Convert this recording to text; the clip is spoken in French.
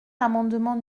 l’amendement